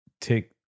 take